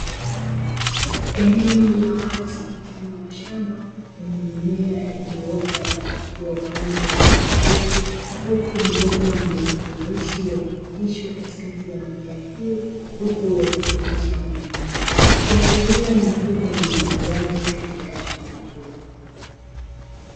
Eneo la wazi mfano wa shamba, lenye mimea iliyoota na kuchipua kwa rangi ya kijani kibichi, huku mabomba yenye rangi nyeusi yakipitishwa katikati ya mimea hiyo, huku yakitiririsha maji. Ikiashiria ni mfumo wa umwagiliaji katika shamba hilo.